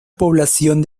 población